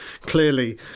clearly